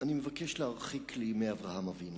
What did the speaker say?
אני מבקש להרחיק לימי אברהם אבינו.